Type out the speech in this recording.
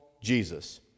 Jesus